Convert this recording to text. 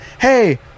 hey